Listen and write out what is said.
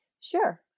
Sure